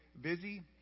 busy